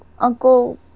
uncle